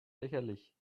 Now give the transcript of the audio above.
lächerlich